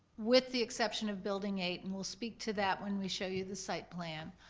with the exception of building eight, and we'll speak to that when we show you the site plan,